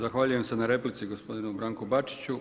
Zahvaljujem se na replici gospodinu Branku Bačiću.